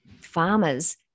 farmers